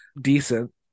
decent